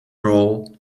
roll